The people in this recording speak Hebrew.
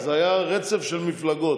זה היה רצף של מפלגות.